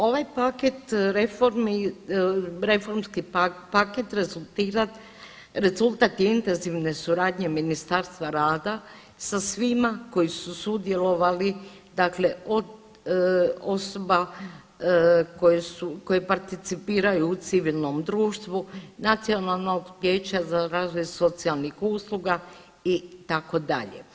Ovaj paket reformi, reformski paket rezultat je intenzivne suradnje Ministarstva rada sa svima koji su sudjelovali dakle od osoba koje su, koje participiraju u civilnom društvu, Nacionalnog vijeće za razvoj socijalnih usluga itd.